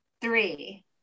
Three